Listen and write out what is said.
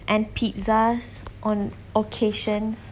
and pizzas on occasions